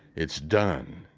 it's done.